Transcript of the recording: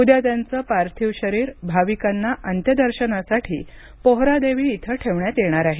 उद्या त्यांचं पार्थिव शरीर भाविकांना अंत्यदर्शनासाठी पोहरादेवी इथं ठेवण्यात येणार आहे